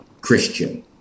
Christian